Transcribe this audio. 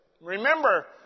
Remember